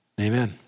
Amen